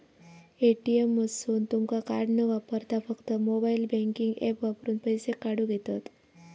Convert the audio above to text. ATM मधसून तुमका card न वापरता फक्त मोबाईल बँकिंग ऍप वापरून पैसे काढूक येतंत